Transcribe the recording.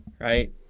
right